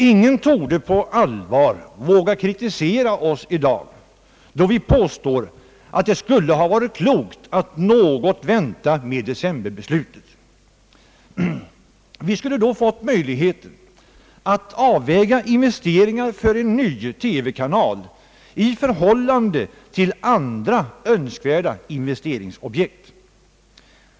Ingen torde på allvar våga kritisera oss i dag, då vi påstår att det skulle ha varit klokt att något vänta med decemberbeslutet. Vi skulle då fått möjlighet att avväga investeringar för en ny TV-kanal i förhållande till andra önskvärda investeringsobjekt.